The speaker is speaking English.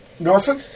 Norfolk